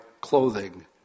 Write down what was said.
clothing